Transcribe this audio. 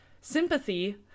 sympathy